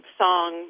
song